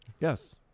Yes